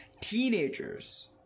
teenagers